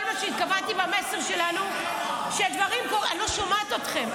כל מה שהתכוונתי במסר שלנו, אני לא שומעת אתכם.